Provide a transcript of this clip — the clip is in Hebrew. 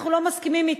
אנחנו לא מסכימים לה.